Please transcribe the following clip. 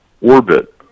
orbit